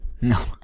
no